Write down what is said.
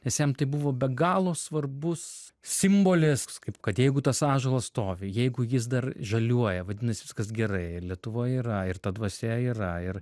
nes jam tai buvo be galo svarbus simbolis kaip kad jeigu tas ąžuolas stovi jeigu jis dar žaliuoja vadinasi viskas gerai ir lietuva yra ir ta dvasia yra ir